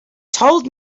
told